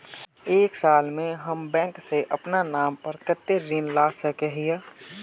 एक साल में हम बैंक से अपना नाम पर कते ऋण ला सके हिय?